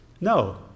no